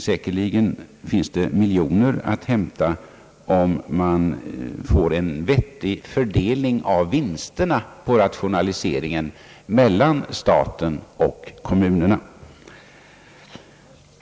Säkerligen finns det miljoner att hämta, om man får en vettig fördelning mellan staten och kommunerna av vinsterna på rationaliseringen.